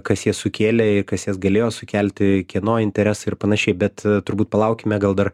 kas jas sukėlė kas jas galėjo sukelti kieno interesai ir panašiai bet turbūt palaukime gal dar